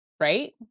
Right